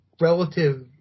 relative